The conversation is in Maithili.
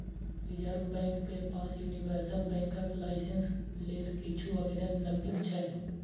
रिजर्व बैंक के पास यूनिवर्सल बैंकक लाइसेंस लेल किछु आवेदन लंबित छै